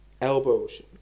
elbows